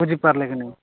ବୁଝିପାରିଲେ କି ନାହିଁ